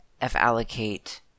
f-allocate